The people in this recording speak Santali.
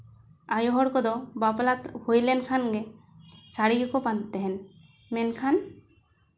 ᱟᱭᱳ ᱦᱚᱲ ᱠᱚᱫᱚ ᱵᱟᱯᱞᱟ ᱦᱩᱭ ᱞᱮᱱᱠᱷᱟᱱ ᱜᱮ ᱥᱟᱹᱲᱤ ᱜᱮᱠᱚ ᱵᱟᱸᱫᱮ ᱛᱟᱦᱮᱱ ᱢᱮᱱᱠᱷᱟᱱ